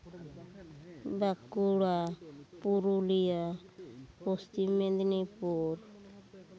Bankura Purulia Paschim Medinipur